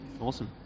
awesome